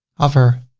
hover,